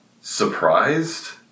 surprised